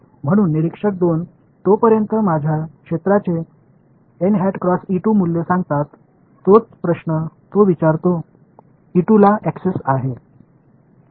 म्हणून निरीक्षक 2 तोपर्यंत माझ्या क्षेत्राचे मूल्य सांगतात तोच प्रश्न तो विचारतो ला ऍक्सेस आहे